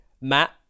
Matt